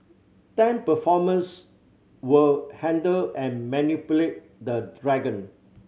ten performers will handle and manipulate the dragon